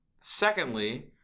secondly